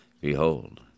Behold